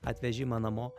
atvežimą namo